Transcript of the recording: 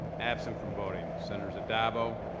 absent from voting, senators addabbo,